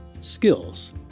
skills